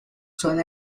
son